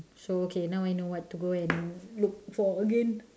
so okay now I know what to go and look for again